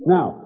Now